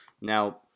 Now